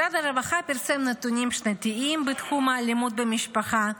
משרד הרווחה פרסם נתונים שנתיים בתחום האלימות במשפחה.